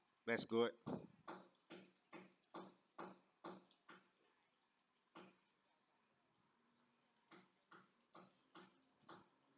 that's good